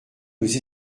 nous